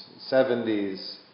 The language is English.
70s